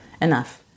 Enough